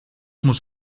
muss